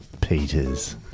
Peters